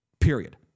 period